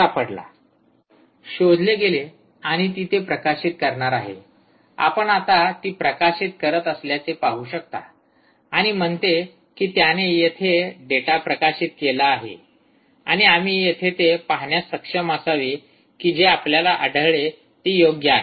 विद्यार्थीः सापडला शोधले गेले आणि ती ते प्रकाशित करणार आहे आपण आता ती प्रकाशित करीत असल्याचे पाहू शकता आणि म्हणते की त्याने येथे डेटा प्रकाशित केला आहे आणि आम्ही येथे ते पाहण्यास सक्षम असावे कि जे आपल्याला आढळले ते योग्य आहे